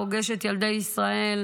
פוגש את ילדי ישראל.